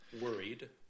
Worried